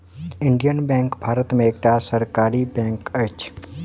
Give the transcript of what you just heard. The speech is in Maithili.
इंडियन बैंक भारत में एकटा सरकारी बैंक अछि